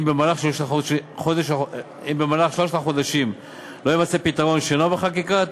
אם במהלך שלושת החודשים לא יימצא פתרון שאינו בחקיקה,